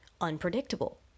unpredictable